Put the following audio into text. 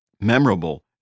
memorable